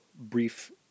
brief